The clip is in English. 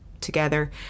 together